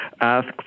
ask